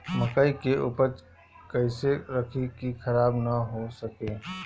मकई के उपज कइसे रखी की खराब न हो सके?